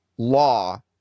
law